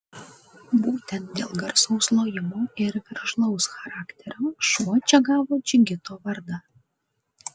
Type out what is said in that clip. būtent dėl garsaus lojimo ir veržlaus charakterio šuo čia gavo džigito vardą